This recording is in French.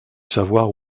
savoir